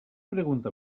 pregunta